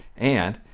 and,